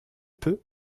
peu